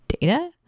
Data